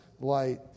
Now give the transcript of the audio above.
light